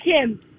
Kim